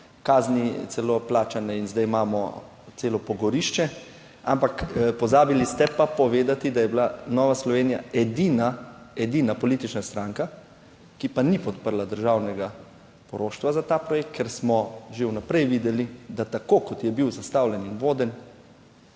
kazni celo plačane in zdaj imamo celo pogorišče. Ampak pozabili ste pa povedati, da je bila Nova Slovenija edina, edina politična stranka, ki pa ni podprla **109. TRAK: (TB) - 18.00** (nadaljevanje) državnega poroštva za ta projekt, ker smo že vnaprej videli, da tako kot je bil zastavljen in voden,